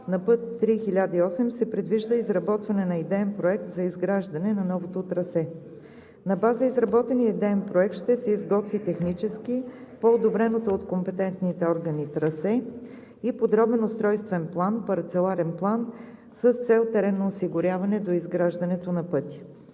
на път III-1008 се предвижда изработване на идеен проект за изграждане на новото трасе. На база изработения идеен проект ще се изготви технически по одобреното от компетентните органи трасе и подробен устройствен план – парцеларен план с цел теренно осигуряване доизграждането на пътя.